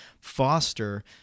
foster